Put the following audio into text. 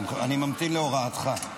אני ממתין להוראתך.